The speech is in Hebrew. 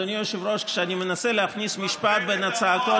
על כך שהוא מתנדב לשמש הדגמה יפה לדבריי רק לפני דקה.